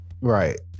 Right